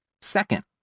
Second